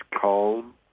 calm